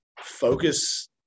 focus